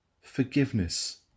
forgiveness